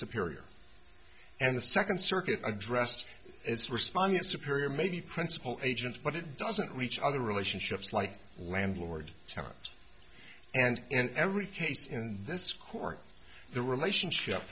superior and the second circuit addressed its respondent superior maybe principal agents but it doesn't reach other relationships like landlord tenant and in every case in this court the relationship